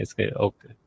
Okay